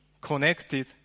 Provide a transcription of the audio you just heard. connected